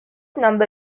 number